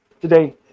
today